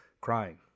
crying